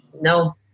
no